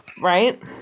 right